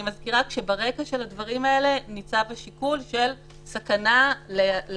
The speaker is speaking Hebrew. אני מזכירה שברקע של הדברים האלה ניצב השיקול של סכנה להדבקה.